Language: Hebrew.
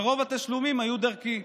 ורוב התשלומים היו דרכי.